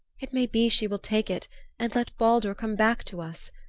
it may be she will take it and let baldur come back to us.